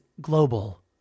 global